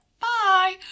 bye